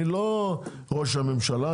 אני לא ראש הממשלה,